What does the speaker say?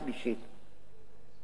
ובקריאה הרביעית, כאמור,